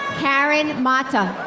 karen motta.